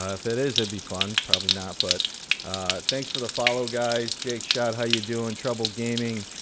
ah if it is, it'd be fun. probably not, but thanks for the follow, guys. jake shot, how you doing? troubled gaming,